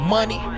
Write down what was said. Money